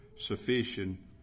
sufficient